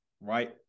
right